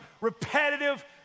repetitive